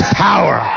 power